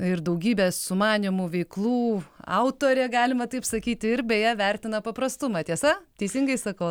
ir daugybės sumanymų veiklų autorė galima taip sakyti ir beje vertina paprastumą tiesa teisingai sakau